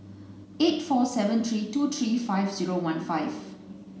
eight four seven three two three five zero one five